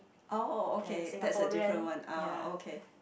oh okay that's a different one ah okay